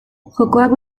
jokoak